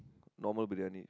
normal Briyani